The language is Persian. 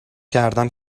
کردم